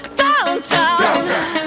downtown